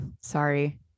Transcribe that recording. Sorry